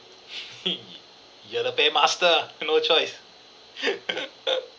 you are the paymaster ah no choice